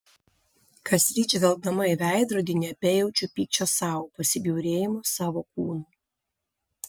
kasryt žvelgdama į veidrodį nebejaučiu pykčio sau pasibjaurėjimo savo kūnu